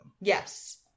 Yes